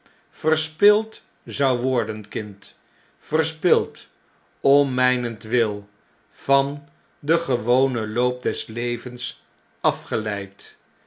verspild zou worden kind verspild om mijnentwil van den gewonen loop des levens afgeleid